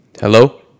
Hello